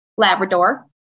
Labrador